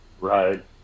right